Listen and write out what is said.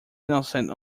innocent